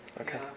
Okay